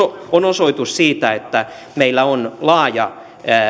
on osoitus siitä että meillä on laaja